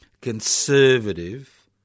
conservative